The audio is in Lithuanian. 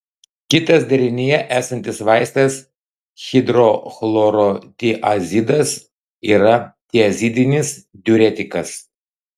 kitas derinyje esantis vaistas hidrochlorotiazidas yra tiazidinis diuretikas